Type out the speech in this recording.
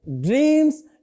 dreams